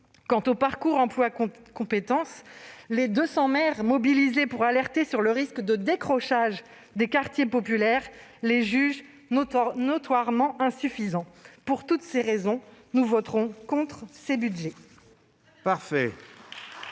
Quant aux parcours emploi compétences, les deux cents maires mobilisés pour alerter sur le risque de décrochage des quartiers populaires les jugent notoirement insuffisants. Pour toutes ces raisons, nous voterons contre ces budgets.